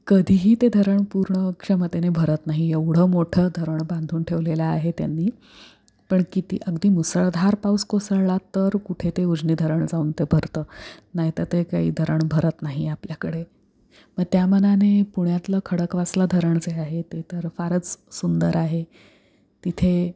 कधीही ते धरण पूर्ण क्षमतेने भरत नाही एवढं मोठं धरण बांधून ठेवलेलं आहे त्यांनी पण किती अगदी मुसळधार पाऊस कोसळला तर कुठे ते उजनी धरण जाऊन ते भरतं नाहीतर ते काही धरण भरत नाही आपल्याकडे मग त्या मानाने पुण्यातलं खडकवासला धरण जे आहे ते तर फारच सुंदर आहे तिथे